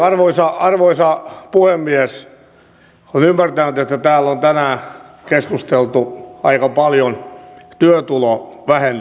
olen ymmärtänyt että täällä on tänään keskusteltu aika paljon työtulovähennyksestä